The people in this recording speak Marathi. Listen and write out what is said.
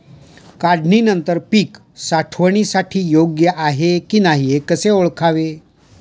काढणी नंतर पीक साठवणीसाठी योग्य आहे की नाही कसे ओळखावे?